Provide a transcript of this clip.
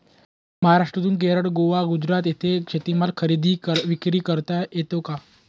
महाराष्ट्रातून केरळ, गोवा, गुजरात येथे शेतीमाल खरेदी विक्री करता येतो का?